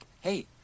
hey